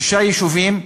שישה יישובים,